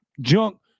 junk